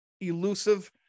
elusive